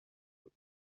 بود